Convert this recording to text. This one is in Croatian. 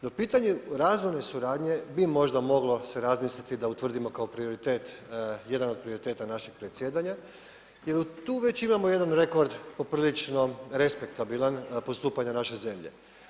No pitanje razvojne suradnje bi možda moglo se razmisliti da utvrdimo kao prioritet, jedan od prioriteta našeg predsjedanja jer tu već imamo jedan rekord poprilično respektabilan postupanja naše zemlje.